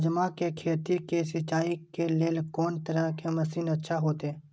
राजमा के खेत के सिंचाई के लेल कोन तरह के मशीन अच्छा होते?